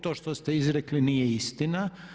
To što ste izrekli nije istina.